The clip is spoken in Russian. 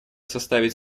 составить